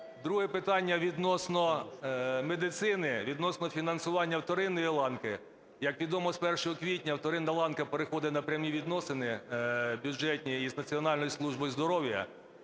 друге питання відносно медицини, відносно фінансування вторинної ланки. Як відомо, з 1 квітня вторинна ланка переходить на прямі відносини бюджетні із Національною службою здоров'я.